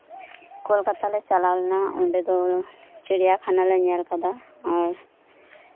ᱠᱳᱞᱠᱟᱛᱟ ᱞᱮ ᱪᱟᱞᱟᱣ ᱞᱮᱱᱟ ᱚᱱᱰᱮ ᱫᱚ ᱪᱤᱲᱭᱟᱠᱷᱟᱱᱟ ᱞᱮ ᱧᱮᱞ ᱠᱮᱫᱟ ᱟᱨ